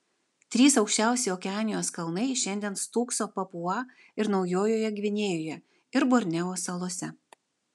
trys aukščiausi okeanijos kalnai šiandien stūkso papua ir naujojoje gvinėjoje ir borneo salose